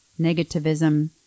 negativism